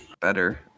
better